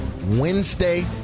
Wednesday